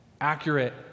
accurate